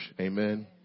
Amen